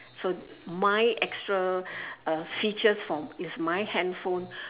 so my extra uh features from it's my handphone